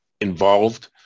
involved